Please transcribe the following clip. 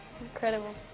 Incredible